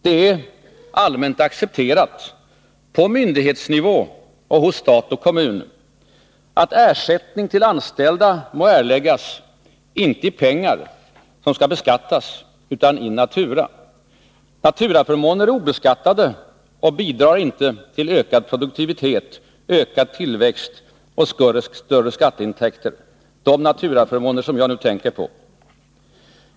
Det är allmänt accepterat på myndighetsnivå och hos stat och kommun att ersättning till anställda må erläggas inte i pengar, som skall beskattas, utan in natura. Naturaförmåner är obeskattade och bidrar inte till ökad produktivitet, ökad tillväxt och större skatteintäkter — de naturaförmåner som jag nu tänker på.